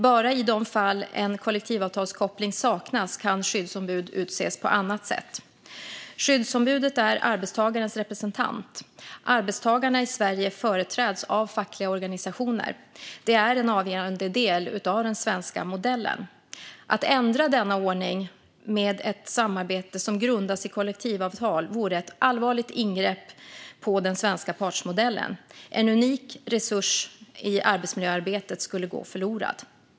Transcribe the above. Bara i de fall en kollektivavtalskoppling saknas kan skyddsombud utses på annat sätt. Skyddsombudet är arbetstagarens representant. Arbetstagarna i Sverige företräds av fackliga organisationer. Det är en avgörande del av den svenska modellen. Att ändra denna ordning med ett samarbete som grundas i kollektivavtal vore ett allvarligt ingrepp i den svenska partsmodellen. En unik resurs i arbetsmiljöarbetet skulle gå förlorad.